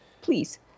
please